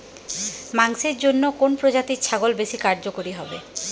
মাংসের জন্য কোন প্রজাতির ছাগল বেশি কার্যকরী হবে?